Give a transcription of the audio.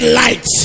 light